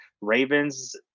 Ravens